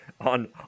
on